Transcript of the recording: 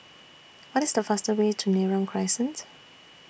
What IS The fastest Way to Neram Crescent